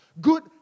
Good